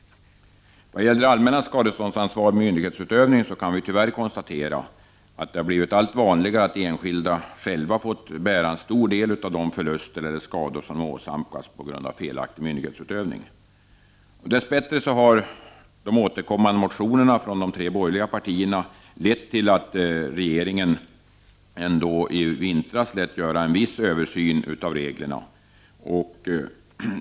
Vad gäller det allmännas skadeståndsansvar vid myndighetsutövning kan vi tyvärr konstatera att det har blivit allt vanligare att enskilda själva fått bära en stor del av de förluster eller skador som de åsamkats på grund av felaktig myndighetsutövning. Dess bättre har de återkommande motionerna från de tre borgerliga partierna lett till att regeringen i vintras lät göra en viss översyn av reglerna.